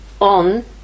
on